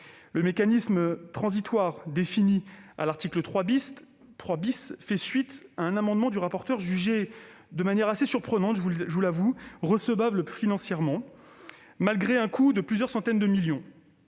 Le mécanisme transitoire défini à l'article 3 fait suite à un amendement du rapporteur jugé, de manière assez surprenante, je dois l'avouer, recevable financièrement malgré un coût de plusieurs centaines de millions